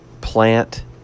plant